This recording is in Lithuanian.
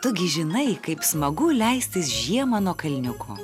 tu gi žinai kaip smagu leistis žiemą nuo kalniuko